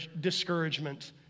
discouragement